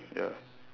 ya